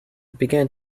began